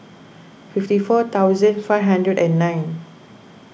fifty four thousand five hundred and nine